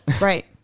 Right